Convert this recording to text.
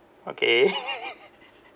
okay